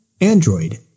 Android